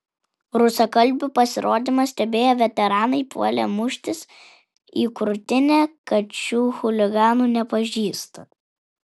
rusakalbių pasirodymą stebėję veteranai puolė muštis į krūtinę kad šių chuliganų nepažįsta